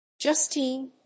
Justine